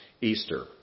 Easter